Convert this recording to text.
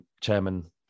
chairman